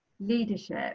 leadership